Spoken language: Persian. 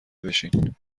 بشین